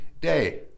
day